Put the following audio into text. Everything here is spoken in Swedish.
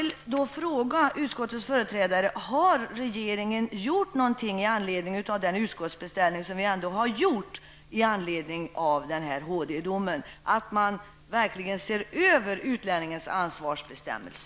Låt mig fråga utskottets företrädare om regeringen har gjort något i anledning av vår utskottsbeställning efter denna HD-dom. Det handlar om att verkligen se över ansvarsbestämmelserna vad gäller flyktingar och asylsökande.